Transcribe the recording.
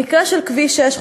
במקרה של כביש 6,